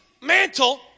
mantle